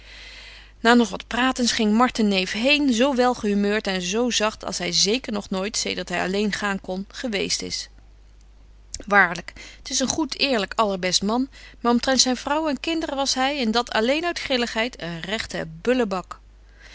na nog wat pratens ging marten neef heen zo wel gehumeurt en zo zagt als hy zeker nog nooit zedert hy alleen gaan kon geweest is waarlyk t is een goed eerlyk allerbest man maar omtrent zyn vrouw en kinderen was hy en dat alleen uit grilligheid een